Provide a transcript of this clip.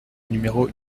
numéro